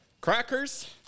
crackers